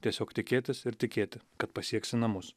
tiesiog tikėtis ir tikėti kad pasieksi namus